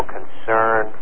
concern